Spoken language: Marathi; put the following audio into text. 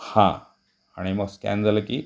हां आणि मग स्कॅन झालं की